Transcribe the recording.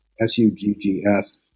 S-U-G-G-S